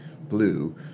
blue